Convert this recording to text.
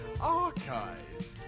Archive